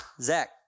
Zach